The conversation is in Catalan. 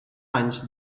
anys